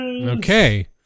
okay